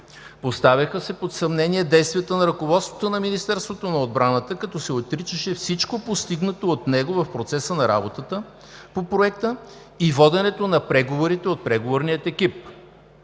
Поставяха се под съмнение действията на ръководството на Министерството на отбраната, като се отричаше всичко, постигнато от него в процеса на работата по Проекта и воденето на преговорите от преговорния екип.